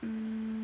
mm